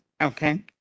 Okay